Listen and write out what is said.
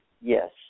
Yes